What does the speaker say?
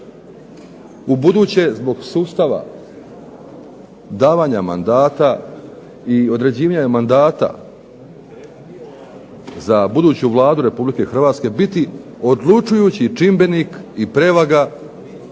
ubuduće zbog sustava davanja mandata i određivanja mandata za buduću Vladu Republike Hrvatske biti odlučujući čimbenik i prevaga za